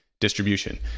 distribution